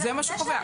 זה מה שקובע,